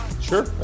Sure